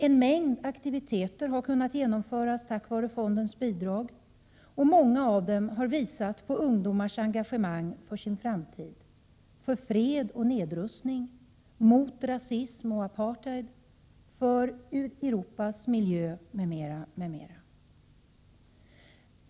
En mängd aktiviteter har kunnat genomföras tack vare fondens bidrag. Många av dem har visat ungdomars engagemang för sin framtid, för fred och nedrustning, mot rasism och apartheid, för Europas miljö m.m.